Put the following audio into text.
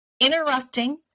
interrupting